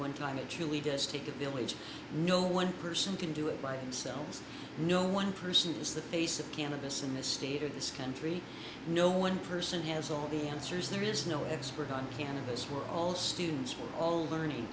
one time in chile does take a village no one person can do it by themselves no one person is the face of cannabis in the state of this country no one person has all the answers there is no expert on cannabis we're all students we're all learning